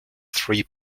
three